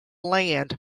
land